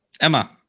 Emma